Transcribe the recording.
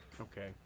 Okay